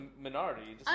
minority